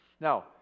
Now